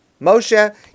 Moshe